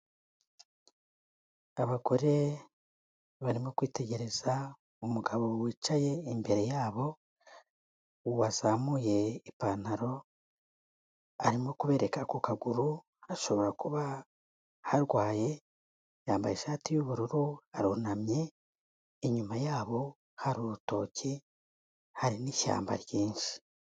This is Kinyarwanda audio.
Abagore barimo kwitegereza umugabo wicaye imbere yabo, wazamuye ipantaro, arimo kubereka ku kaguru hashobora kuba harwaye, yambaye ishati y'ubururu, arunamye, inyuma yabo hari urutoki, hari n'ishyamba ryinshi.